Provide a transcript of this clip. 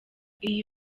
iyi